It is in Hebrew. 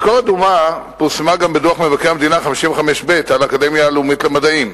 ביקורת דומה פורסמה גם בדוח מבקר המדינה 55ב על האקדמיה הלאומית למדעים.